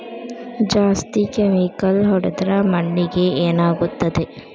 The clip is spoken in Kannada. ಜಾಸ್ತಿ ಕೆಮಿಕಲ್ ಹೊಡೆದ್ರ ಮಣ್ಣಿಗೆ ಏನಾಗುತ್ತದೆ?